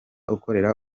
ukorera